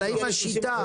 אבל האם השיטה --?